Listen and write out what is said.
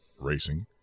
Racing